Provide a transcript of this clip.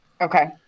Okay